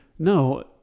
No